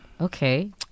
okay